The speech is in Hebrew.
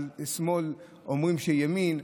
על שמאל אומרים שהוא ימין,